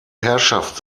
herrschaft